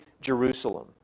Jerusalem